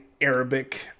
Arabic